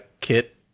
Kit